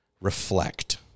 reflect